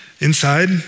Inside